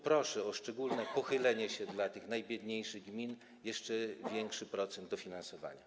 Proszę o szczególne pochylenie się nad tymi najbiedniejszymi gminami, o jeszcze większy procent dofinansowania.